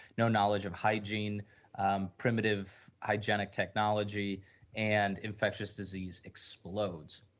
no knowledge of hygiene um primitive hygienic technology and infectious disease explodes